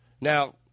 Now